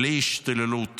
בלי השתוללות